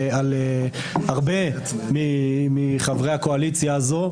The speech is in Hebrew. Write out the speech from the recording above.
אני שומע אנשים מיחידות צבאיות כאלו ואחרות.